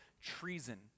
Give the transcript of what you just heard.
treason